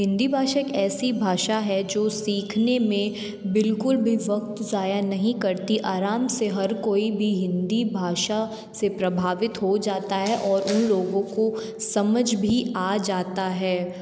हिंदी भाषा एक ऐसी भाषा है जो सीखने में बिल्कुल भी वक़्त ज़ाया नहीं करती आराम से हर कोई भी हिंदी भाषा से प्रभावित हो जाता है और उन लोगों को समझ भी आ जाता है